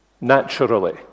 naturally